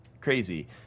crazy